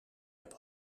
heb